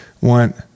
want